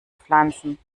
pflanzen